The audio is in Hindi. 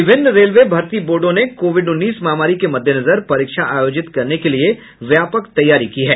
विभिन्न रेलवे भर्ती बोर्डो ने कोविड उन्नीस महामारी के मद्देनजर परीक्षा आयोजित करने के लिए व्यापक तैयारी की है